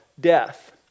death